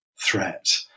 threat